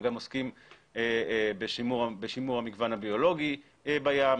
גם עוסקים בשימור המגוון הביולוגי בים,